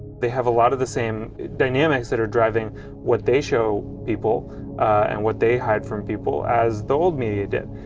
they have a lot of the same dynamics that are driving what they show people and what they hide from people as the old media did.